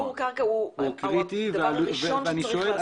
טיהור הקרקע הוא הדבר הראשון שצריך לעשות.